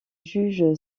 juge